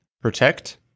protect